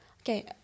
okay